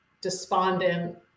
despondent